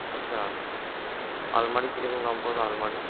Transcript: আচ্ছা আলমারি কী রকম দাম পড়বে আলমারি